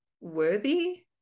worthy